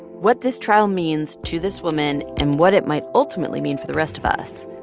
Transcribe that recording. what this trial means to this woman and what it might ultimately mean for the rest of us.